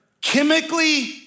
chemically